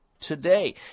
today